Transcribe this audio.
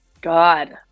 God